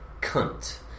cunt